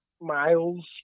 miles